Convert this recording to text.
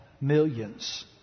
millions